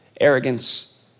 arrogance